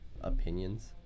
opinions